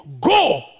Go